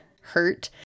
hurt